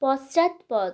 পশ্চাৎপদ